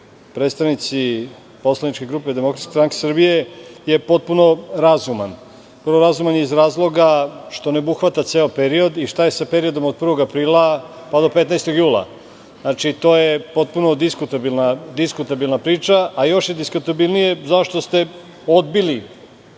predstavnici poslaničke grupe DSS je potpuno razuman. Prvo razuman je iz razloga što ne obuhvata ceo period i šta je sa period od 1. aprila pa do 15. jula. Znači, to je potpuno diskutabilna priča a još je diskutabilnije zašto ste odbili